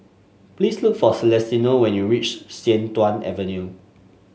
please look for Celestino when you reach Sian Tuan Avenue